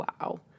wow